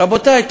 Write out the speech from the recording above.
רבותי,